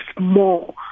more